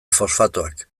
fosfatoak